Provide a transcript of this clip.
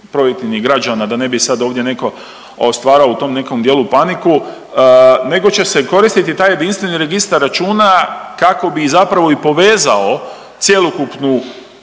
razumije./... građana, da ne bi sad ovdje netko stvarao u tom nekom dijelu paniku, nego će se koristiti taj Jedinstveni registar računa kako bi zapravo i povezao cjelokupnu